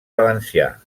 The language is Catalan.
valencià